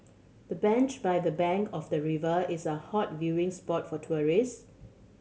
the bench by the bank of the river is a hot viewing spot for tourist